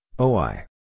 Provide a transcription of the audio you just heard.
OI